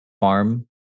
farm